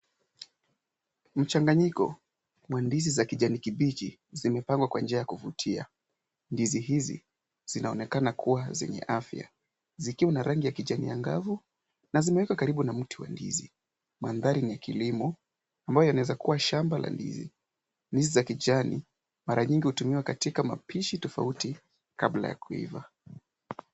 Mchanganyiko wa ndizi za kijani kibichi zimepangwa kwa njia ya kuvutia. Ndizi hizi zinaonekana kuwa zenye afya, zikiwa na rangi ya kijani angavu na zimeekwa karibu na mti wa ndizi. Mandhari ni ya kilimo ambayo inaweza kuwa shamba la ndizi. Ndizi za kijani mara nyingi hutumiwa katika mapishi tofauti kabla ya kuiva.